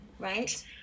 Right